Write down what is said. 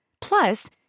Plus